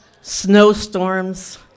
snowstorms